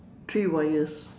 three wires